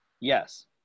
Yes